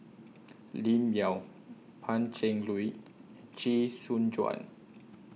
Lim Yau Pan Cheng Lui Chee Soon Juan